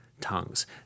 Tongues